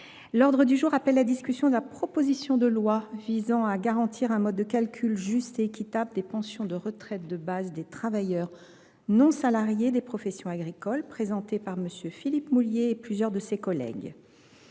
L’ordre du jour appelle la discussion de la proposition de loi visant à garantir un mode de calcul juste et équitable des pensions de retraite de base des travailleurs non salariés des professions agricoles, présentée par M. Philippe Mouiller et plusieurs de ses collègues